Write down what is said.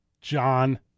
John